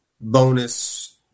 bonus